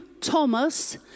Thomas